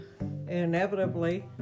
inevitably